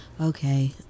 Okay